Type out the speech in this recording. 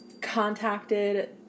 contacted